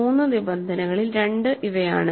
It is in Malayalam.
3 നിബന്ധനകളിൽ 2 ഇവയാണ്